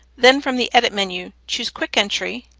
then from the edit menu, choose quick entry,